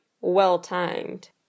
well-timed